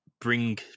bring